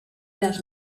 las